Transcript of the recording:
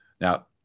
Now